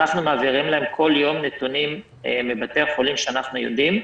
אנחנו מעבירים להם כל יום נתונים מבתי החולים שאנחנו יודעים.